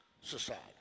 society